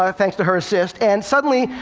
ah thanks to her assist, and suddenly,